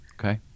Okay